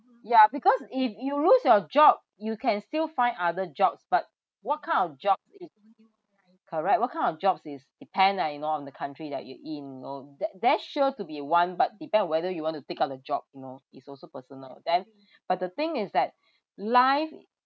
ya because if you lose your job you can still find other jobs but what kind of jobs is correct what kind of jobs is depend lah you know on the country that you're in you know that there's sure to be one but depend on whether you want to take up the job you know is also personal then but the thing is that life